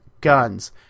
guns